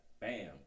bam